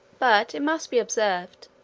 but it must be observed,